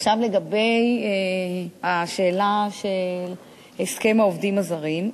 עכשיו לגבי השאלה של הסכם העובדים הזרים,